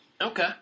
okay